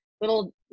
little